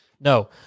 No